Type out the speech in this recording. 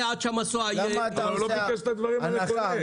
עד שהמסוע --- אבל הוא לא ביקש את הדברים הנכונים,